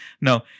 No